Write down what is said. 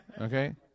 Okay